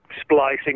splicing